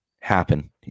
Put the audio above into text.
happen